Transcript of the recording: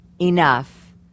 enough